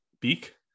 beak